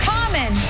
Common